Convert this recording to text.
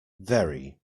very